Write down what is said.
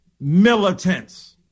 militants